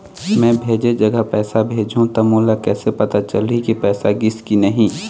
मैं भेजे जगह पैसा भेजहूं त मोला कैसे पता चलही की पैसा गिस कि नहीं?